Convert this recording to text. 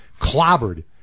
clobbered